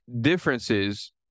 differences